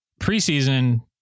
preseason